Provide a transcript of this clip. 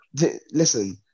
listen